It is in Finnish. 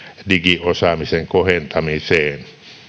digiosaamisen kohentamiseen